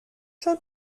چون